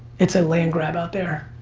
it's a land grab out there.